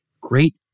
great